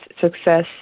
success